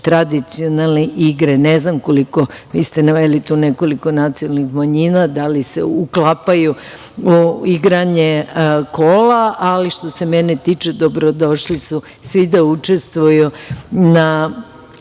tradicionalne igre. Ne znam koliko, vi ste naveli tu nekoliko nacionalnih manjina, da li se uklapaju u igranje kola, ali što se mene tiče dobro došli su svi da učestvuju na